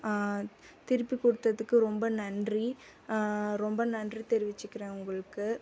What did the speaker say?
திருப்பி கொடுத்ததுக்கு ரொம்ப நன்றி ரொம்ப நன்றி தெரிவிச்சிக்கிறேன் உங்களுக்கு